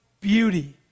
beauty